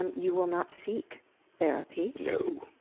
and you will not seek therapy. no!